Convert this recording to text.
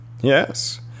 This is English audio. yes